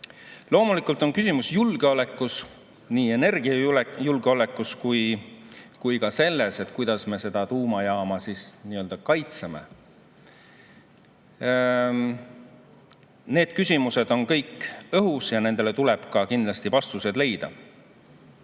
Loomulikult on küsimus julgeolekus, nii energiajulgeolekus kui ka selles, kuidas me seda tuumajaama kaitseme. Need küsimused on kõik õhus ja nendele tuleb ka kindlasti vastused leida.